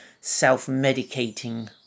self-medicating